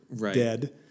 dead